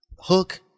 hook